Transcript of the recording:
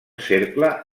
cercle